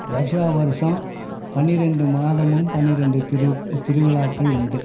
வர்ஷா வருஷம் பன்னிரெண்டுரெண்டு மாதமும் பன்னிரெண்டு திருவுக்க திருவிழாக்கள் உண்டு